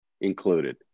included